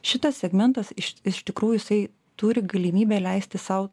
šitas segmentas iš tikrųjų jisai turi galimybę leisti sau